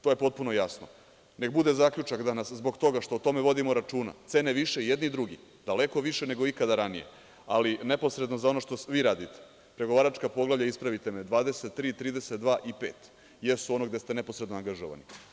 To je potpuno jasno, neka bude zaključak danas zbog toga što o tome vodimo računa, cene više i jedni i drugi, daleko više nego ikada ranije, ali neposredno za ono što vi radite, pregovaračka poglavlja, ispravite me, 23, 32 i pet, jesu ono gde ste neposredno angažovani.